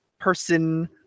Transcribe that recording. Person